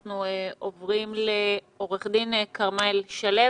אנחנו עוברים לד"ר כרמל שלו